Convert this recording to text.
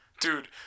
Dude